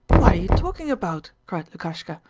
what are you talking about cried lukashka.